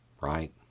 right